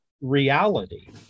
reality